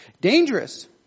Dangerous